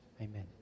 Amen